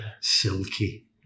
silky